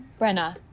Brenna